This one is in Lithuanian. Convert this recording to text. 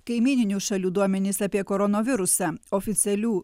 kaimyninių šalių duomenys apie koronavirusą oficialių